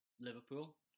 Liverpool